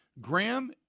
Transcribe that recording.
Graham